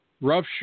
roughshod